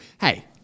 hey